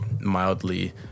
mildly